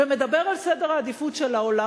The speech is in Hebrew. ומדבר על סדר העדיפויות של העולם,